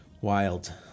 wild